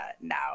now